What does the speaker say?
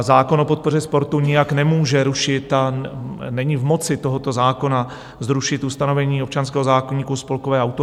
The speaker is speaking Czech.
Zákon o podpoře sportu nijak nemůže rušit a není v moci tohoto zákona zrušit ustanovení občanského zákoníku o spolkové autonomii.